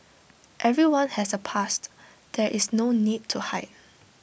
everyone has A past there is no need to hide